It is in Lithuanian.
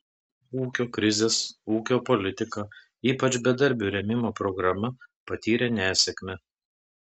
ūkio krizės ūkio politika ypač bedarbių rėmimo programa patyrė nesėkmę